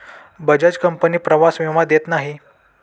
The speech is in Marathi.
बजाज कंपनी प्रवास विमा देत नाही